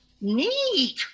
Neat